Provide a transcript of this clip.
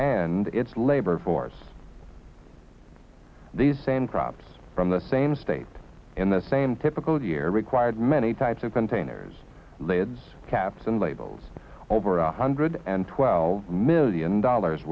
and its labor force these same crops from the same state in the same typical year required many types of containers lathes caps and labels over a hundred and twelve million dollars